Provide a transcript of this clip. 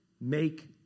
make